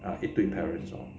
啊一对 parents lor